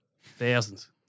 Thousands